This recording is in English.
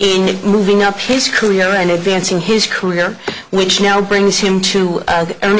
in moving up his career and advancing his career which now brings him to the earning